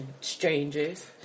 strangers